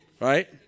Right